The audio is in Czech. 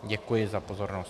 Děkuji za pozornost.